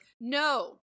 no